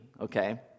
okay